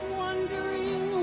wondering